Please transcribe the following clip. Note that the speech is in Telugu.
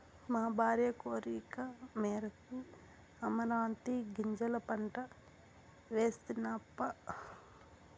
మా భార్య కోరికమేరకు అమరాంతీ గింజల పంట వేస్తినప్పా